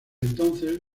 entonces